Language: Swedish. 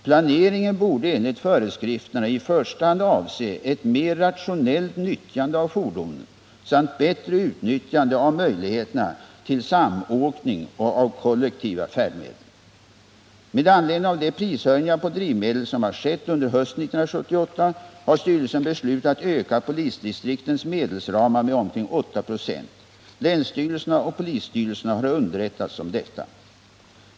Planeringen borde enligt föreskrifterna i första hand avse ett mera rationellt nyttjande av fordonen samt bättre utnyttjande av möjligheterna till samåkning och av kollektiva färdmedel. Med anledning av de prishöjningar på drivmedel som har skett under hösten 1978 har styrelsen beslutat öka polisdistriktens medelsramar med omkring 8 26. Länsstyrelserna och polisstyrelserna har underrättats om detta.